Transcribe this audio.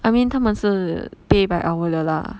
I mean 他们是 pay by hour 的 lah